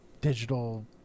digital